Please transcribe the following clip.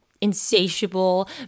insatiable